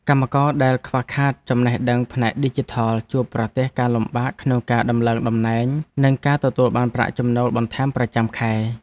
កម្មករដែលខ្វះខាតចំណេះដឹងផ្នែកឌីជីថលជួបប្រទះការលំបាកក្នុងការដំឡើងតំណែង និងការទទួលបានប្រាក់ចំណូលបន្ថែមប្រចាំខែ។